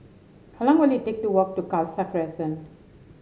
how long will it take to walk to Khalsa Crescent